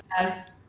Yes